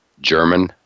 German